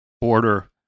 border